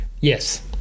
Yes